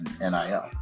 NIL